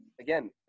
Again